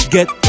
Get